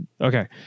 Okay